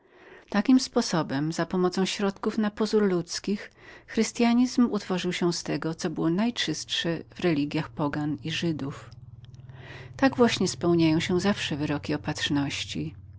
takim sposobem za pomocą środków na pozór ludzkich chrystyanizm utworzył się z tego co było najczystszem w religiach pogańskich i żydowskiej tak to jednak zawsze spełniają się wyroki opatrzności